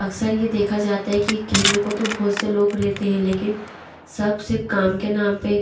अक्सर ये देखा जाता है कि कहने को तो बहुत से लोग रहते हैं लेकिन सब सिर्फ़ काम के नाम पर